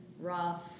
rough